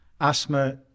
asthma